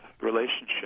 relationship